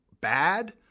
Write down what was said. bad